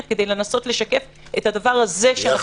כדי לנסות לשקף את הדבר הזה שאנחנו מדברים עליו.